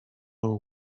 know